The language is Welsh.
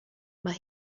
mae